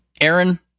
Aaron